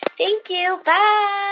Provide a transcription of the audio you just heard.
thank you. bye